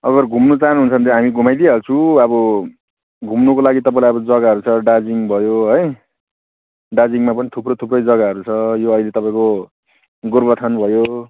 अगर घुम्नु चाहनु हुन्छ भने हामी घुमाइदिइ हाल्छौँ अब घुम्नुको लागि तपाईँलाई अब जगाहरू छ दार्जिलिङ भयो है दार्जिलिङमा पनि थुप्रै थुप्रै जगाहरू छ यो अहिले तपाईँको गोरुबथान भयो